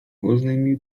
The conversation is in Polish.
oznajmił